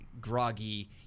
groggy